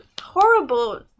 horrible